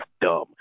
dumb